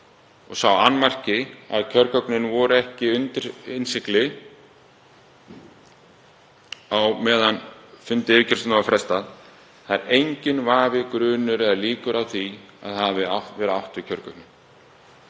Sá annmarki að kjörgögnin voru ekki innsigluð á meðan fundi yfirkjörstjórnar var frestað — það er enginn vafi, grunur eða líkur á því að það hafi verið átt við kjörgögnin.